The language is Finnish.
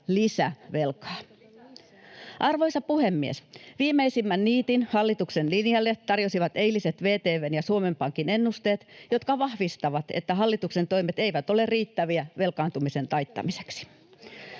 lisävelkaa. Arvoisa puhemies! Viimeisimmän niitin hallituksen linjalle tarjosivat eiliset VTV:n ja Suomen Pankin ennusteet, jotka vahvistavat, että hallituksen toimet eivät ole riittäviä velkaantumisen taittamiseksi.